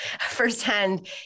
firsthand